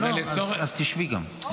אז תשבי גם.